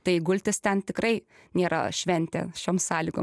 tai gultis ten tikrai nėra šventė šiom sąlygom